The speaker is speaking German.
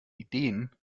ideen